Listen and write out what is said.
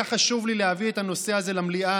היה חשוב לי להביא את הנושא הזה למליאה,